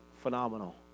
phenomenal